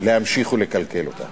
להמשיך ולקלקל אותה.